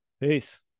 peace